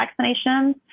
vaccinations